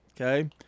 Okay